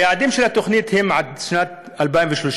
היעדים של התוכנית הם עד שנת 2030,